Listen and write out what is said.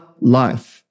life